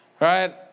right